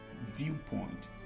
viewpoint